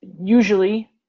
usually